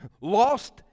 lost